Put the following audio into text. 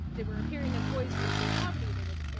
they were appearing as boys to escape poverty. they would,